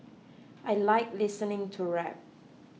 I like listening to rap